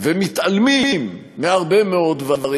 ומתעלמים מהרבה מאוד דברים,